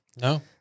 No